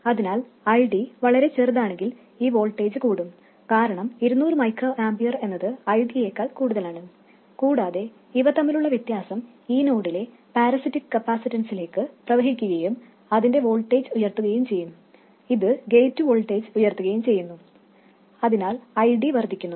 അതിനാൽ ID വളരെ ചെറുതാണെങ്കിൽ ഈ വോൾട്ടേജ് കൂടും കാരണം 200 μA എന്നത് ID യേക്കാൾ കൂടുതലാണ് കൂടാതെ ഇവ തമ്മിലുള്ള വ്യത്യാസം ഈ നോഡിലെ പാരസിറ്റിക് കപ്പാസിറ്റൻസിലേക്ക് പ്രവഹിക്കുകയും അതിന്റെ വോൾട്ടേജ് ഉയർത്തുകയും ഇത് ഗേറ്റ് വോൾട്ടേജ് ഉയർത്തുകയും ചെയ്യുന്നു അതിനാൽ ID വർദ്ധിക്കുന്നു